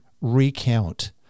recount